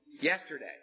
yesterday